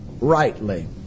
rightly